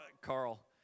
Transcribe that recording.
Carl